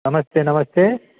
नमस्ते नमस्ते